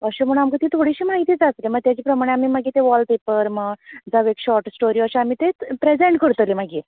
अशे म्हणून आमकां ती थोडीशी म्हायती जाय आशिल्ली म्हळे तेजेप्रमाणे आमी मागीर ते एक वॉलपेपेर म्हण जावं एक शॉर्ट स्टोरी अशे आमी प्रेसेंट करतले मागीर